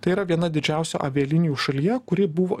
tai yra viena didžiausių avialinijų šalyje kuri buvo